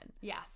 Yes